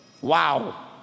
Wow